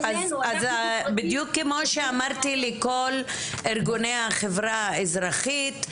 אז בדיוק כמו שאמרתי לכל ארגוני החברה האזרחית,